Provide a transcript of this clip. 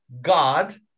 God